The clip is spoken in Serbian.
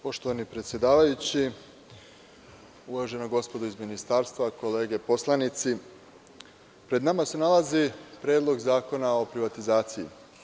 Poštovani predsedavajući, uvažena gospodo iz ministarstva, kolege poslanici, pred nama se nalazi Predlog zakona o privatizaciji.